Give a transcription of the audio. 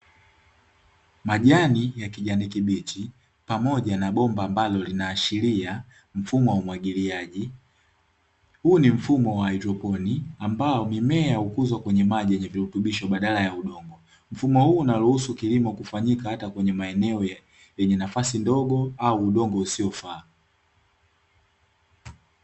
Mimea ya kijani kibichi pamoja na bomba ambalo linaashiria mfumo wa umwagiliaji huu ni mfumo ambao mimea ukuzwa kwenye maji yenye virutubisho, badala ya udongo mfumo huu unaruhusu kilimo kufanyika hata kwenye maeneo ya yenye nafasi ndogo au udongo usiofaa.